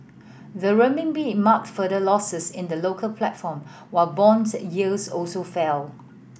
the Renminbi marked further losses in the local platform while bond yields also fell